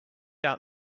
out